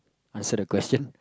answer the question